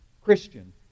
Christian